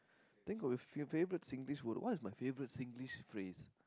think of your favorite Singlish word what is my favorite Singlish phrase